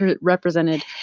represented